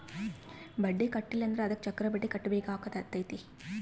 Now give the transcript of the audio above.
ಬಡ್ಡಿ ಕಟ್ಟಿಲ ಅಂದ್ರೆ ಅದಕ್ಕೆ ಚಕ್ರಬಡ್ಡಿ ಕಟ್ಟಬೇಕಾತತೆ